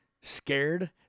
scared